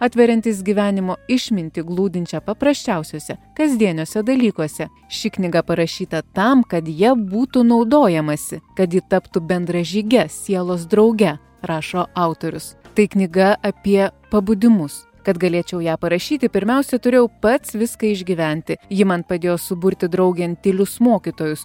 atveriantis gyvenimo išmintį glūdinčią paprasčiausiuose kasdieniuose dalykuose ši knyga parašyta tam kad ja būtų naudojamasi kad ji taptų bendražyge sielos drauge rašo autorius tai knyga apie pabudimus kad galėčiau ją parašyti pirmiausia turėjau pats viską išgyventi ji man padėjo suburti draugėn tylius mokytojus